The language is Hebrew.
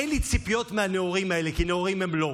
אין לי ציפיות מהנאורים האלה, כי נאורים הם לא,